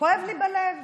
כואב לי בלב